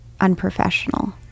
unprofessional